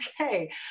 okay